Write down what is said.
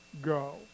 go